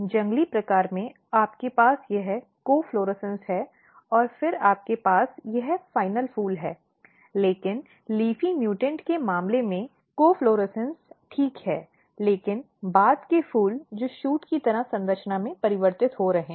जंगली प्रकार में आपके पास यह को न्फ्लोरेसन्स है और फिर आपके पास यह अंतिम फूल है लेकिन leafy म्यूटॅन्ट के मामले में को न्फ्लोरेसन्स ठीक है लेकिन बाद के फूल जो शूट की तरह संरचना में परिवर्तित हो रहे हैं